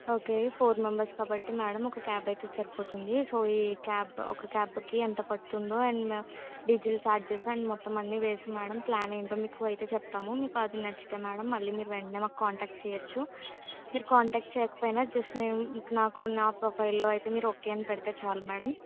okay four members కాబట్టి madam ఒక cab అయితే సరిపోతుంది సో ఈ క్యాబ్ ఒక క్యాబ్కి ఎంత పడుతుందో అండ్ మొ డీజల్ చార్జెస్ అండ్ మొత్తం అన్నీ వేసి మేడం ప్లాన్ ఏంటో మీకు అయితే చెప్తాము మీకు అది నచ్చితే మేడం మళ్ళీ మీరు వెంటనే మాకు కాంటాక్ట్ చెయ్యొచ్చు మీరు కాంటాక్ట్ చెయ్యకపోయినా జెస్ట్ నేను నాకు నా ప్రొఫైల్లో అయితే మీరు ఓకే అని పెడితే చాలు మేడం